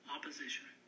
Opposition